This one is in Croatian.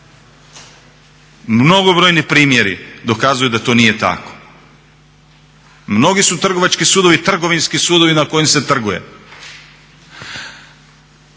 Mnogobrojni primjeri dokazuju da to nije tako. Mnogi su trgovački sudovi trgovinski sudovi na kojim se trguje.